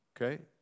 Okay